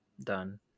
done